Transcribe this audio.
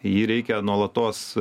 jį reikia nuolatos